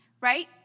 right